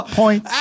point